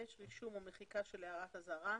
רישום או מחיקה של הערת אזהרה.